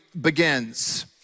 begins